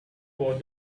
about